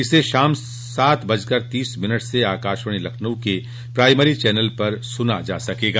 इसे शाम सात बजकर तीस मिनट से आकाशवाणी लखनऊ के प्राइमरी चैनल पर सुना जा सकेगा